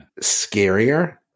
scarier